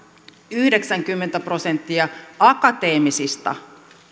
yhdeksänkymmentä prosenttia akateemisista